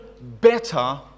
better